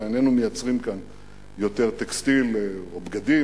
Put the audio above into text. הרי איננו מייצרים כאן יותר טקסטיל או בגדים.